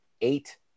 eight